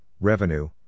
revenue